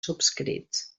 subscrits